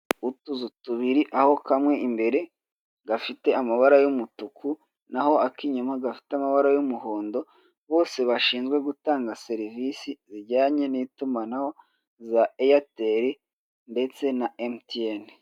Utuzu tubiri aho kamwe imbere gafite amabara y'umutuku, naho akinyuma gafite amabara y'umuhondo, bose bashinzwe gutanga serivisi zijyanye ni itumanaho za eyateri ndetse na emutiyene.